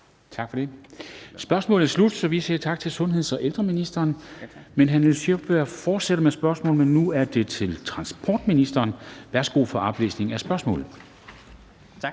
Tak for det. Spørgsmålet er slut, så vi siger tak til sundheds- og ældreministeren. Men hr. Nils Sjøberg fortsætter med spørgsmål, men nu er det til transportministeren. Kl. 13:44 Spm. nr.